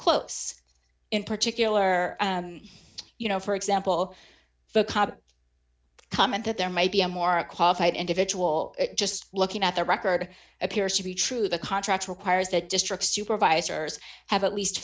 close in particular you know for example comment that there may be a more qualified individual just looking at the record appears to be true the contract requires that district supervisors have at least